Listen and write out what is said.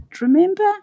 remember